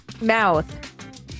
mouth